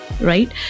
right